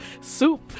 soup